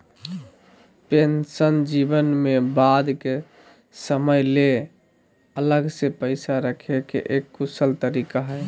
pension जीवन में बाद के समय ले अलग से पैसा रखे के एक कुशल तरीका हय